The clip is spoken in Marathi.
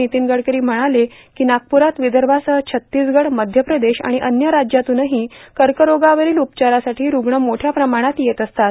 नितीन गडकरी म्हणाले की नागपूरात विदर्भासह छत्तीसगड मध्यप्रदेश आणि अन्य राज्यातूनही कर्करोगावरील उपचारांसाठी रूग्ण मोठया प्रमाणात येत असतात